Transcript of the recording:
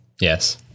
Yes